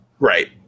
right